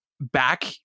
back